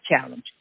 challenge